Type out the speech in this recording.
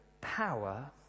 power